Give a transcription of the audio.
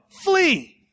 flee